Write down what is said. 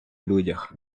людях